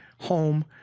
Home